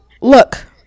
look